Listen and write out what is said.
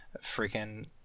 freaking